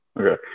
Okay